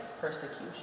persecution